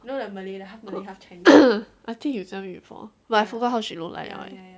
I think you tell me before but I forgot how she look like